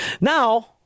Now